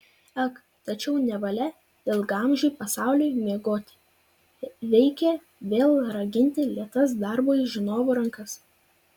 ak tačiau nevalia ilgaamžiui pasauliui miegoti reikia vėl raginti lėtas darbui žinovų rankas